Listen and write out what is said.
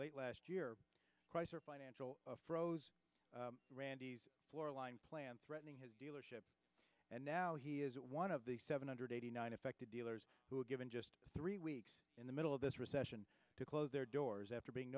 late last year chrysler financial froze randy's floor line plan threatening his dealership and now he is one of the seven hundred eighty nine affected dealers who were given just three weeks in the middle of this recession to close their doors after being